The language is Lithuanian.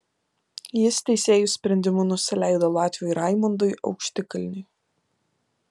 jis teisėjų sprendimu nusileido latviui raimondui aukštikalniui